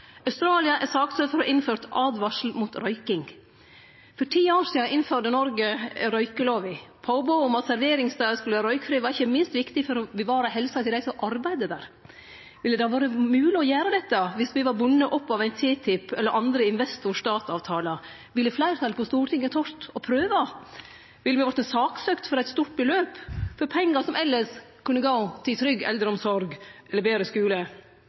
Australia er saksøkt for å ha innført åtvaring mot røyking. For ti år sidan innførte Noreg røykjelova. Påbodet om at serveringsstader skulle vere røykfrie, var ikkje minst viktig for å bevare helsa til dei som arbeidde der. Ville det vore mogleg å gjere dette viss me var bundne opp av TTIP eller andre investor–stat-avtalar? Ville fleirtalet på Stortinget tort å prøve? Hadde me vorte saksøkte for eit stort beløp, for pengar som elles kunne gå til trygg eldreomsorg eller betre skule?